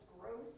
growth